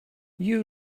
you